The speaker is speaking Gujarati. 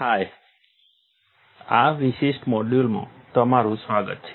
હાય આ વિશીષ્ટ મોડ્યુલમાં તમારું સ્વાગત છે